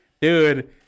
Dude